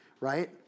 right